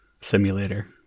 Simulator